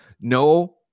no